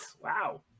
Wow